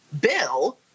Bill